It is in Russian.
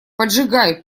поджигай